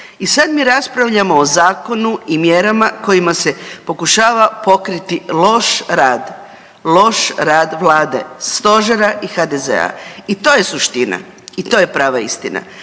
I sad mi raspravljamo o zakonu i mjerama kojima se pokušava pokriti loš rad. Loš rad vlade, stožera i HDZ-a. I to je suština. I to je prava istina.